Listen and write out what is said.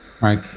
Right